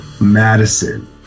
Madison